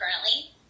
currently